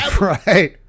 Right